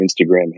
Instagram